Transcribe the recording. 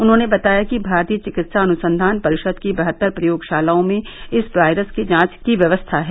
उन्होंने बताया कि भारतीय विकित्सा अनुसंधान परिषद की बहत्तर प्रयोगशालाओं में इस वायरस के जांच की व्यवस्था है